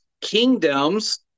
kingdoms